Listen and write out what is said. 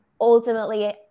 ultimately